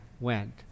went